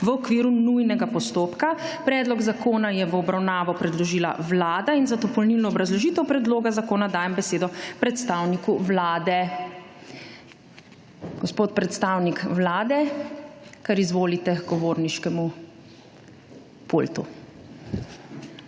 V OKVIRU NUJNEGA POSTOPKA.** Predlog zakona je v obravnavo predložila Vlada in za dopolnilno obrazložitev predloga zakona dajem besedo predstavniku Vlade. Gospod predstavnik Vlade, kar izvolite h govorniškemu pultu.